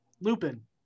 Lupin